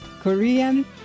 Korean